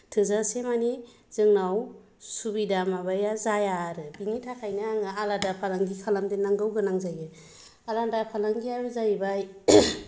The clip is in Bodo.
थोजास माने जोंनाव सुबिदा माबाया जाया आरो बेनिथाखायनो आङो आलादा फालांगि खालामदेरनांगौ जायो आलादा फालांगियानो जाहैबाय